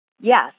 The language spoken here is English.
yes